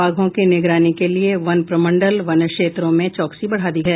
बाघों की निगरानी के लिए वन प्रमंडल वन क्षेत्रों में चौकसी बढ़ा दी है